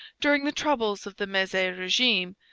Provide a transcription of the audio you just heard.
during the troubles of the mezy regime,